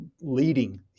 Leading